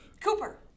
Cooper